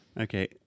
Okay